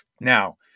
Now